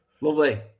Lovely